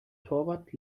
torwart